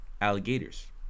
alligators